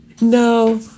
No